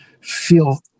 feel